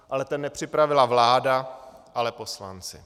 Ale ten nepřipravila vláda, ale poslanci.